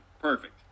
Perfect